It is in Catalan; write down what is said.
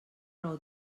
raó